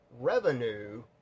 revenue